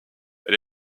elle